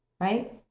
right